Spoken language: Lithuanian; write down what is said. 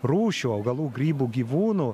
rūšių augalų grybų gyvūnų